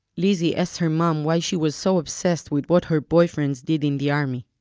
lizzie asked her mom why she was so obsessed with what her boyfriends did in the army.